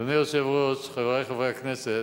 אדוני היושב-ראש, חברי חברי הכנסת,